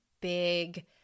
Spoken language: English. big